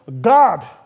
God